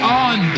on